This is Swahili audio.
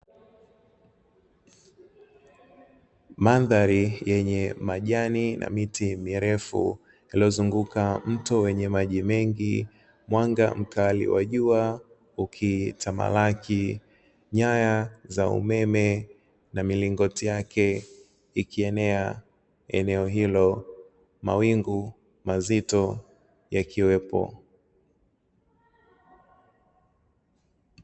Mandhari yenye majani na miti mirefu iliyozunguka mto wenye maji mengi, mwanga mkali wa jua ukitamalaki, nyaya za umeme na milingoti yake ikienea eneo hilo, mawingu mazito yakiwepo.